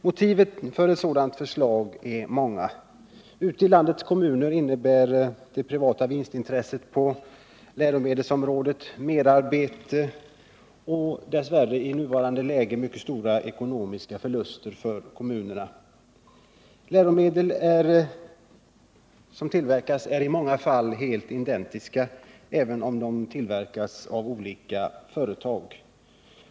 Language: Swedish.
Motiven för ett sådant förslag är många. Det privata vinstintresset på läromedelsområdet medför för kommunerna ute i landet merarbete och i nuvarande läge dess värre också mycket stora ekonomiska förluster. De olika läromedel som tillverkas är i många fall helt identiska, även om de tillverkas av olika företag.